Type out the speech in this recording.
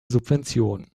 subventionen